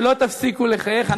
שלא תפסיקו לחייך,